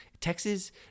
Texas